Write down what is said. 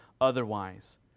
otherwise